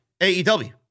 AEW